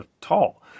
tall